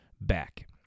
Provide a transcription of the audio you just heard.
back